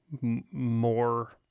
more